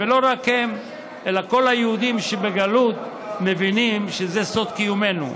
ולא רק הם אלא כל היהודים שבגלות מבינים שזה סוד קיומנו.